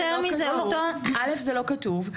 א' זה לא כתוב,